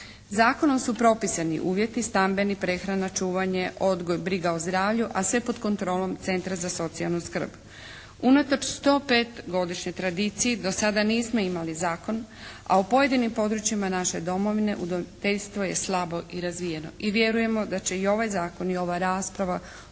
Zakonom su propisani uvjeti stambeni, prehrana, čuvanje, odgoj, briga o zdravlju a sve pod kontrolom centra za socijalnu skrb. Unatoč 105-godišnjoj tradiciji do sada nismo imali zakon, a u pojedinim područjima naše domovine udomiteljstvo je slabo i razvijeno i vjerujemo da će i ovaj zakon i ova rasprava